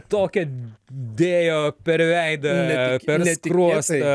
tokią dėjo per veidą per skruostą